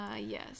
yes